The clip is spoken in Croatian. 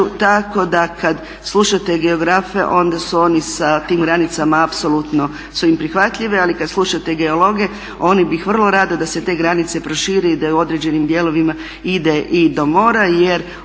tako kada slušate geografe onda su oni sa tim granicama apsolutno su im prihvatljive, ali kada slušate geologe oni bi vrlo rado da se te granice prošire i da u određenim dijelovima ide i do mora